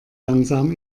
langsam